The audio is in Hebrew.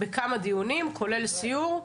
בכמה דיונים כולל סיור,